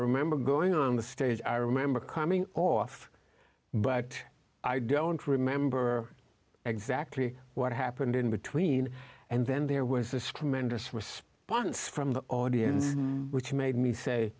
remember going on the stage i remember coming off but i don't remember exactly what happened in between and then there was this tremendous response from the audience which made me say